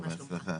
מה שלומך?